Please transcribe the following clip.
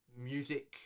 music